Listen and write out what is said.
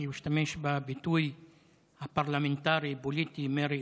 הוא השתמש בביטוי הפרלמנטרי-פוליטי "מרי אזרחי",